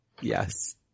yes